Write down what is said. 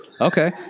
Okay